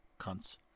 Cunts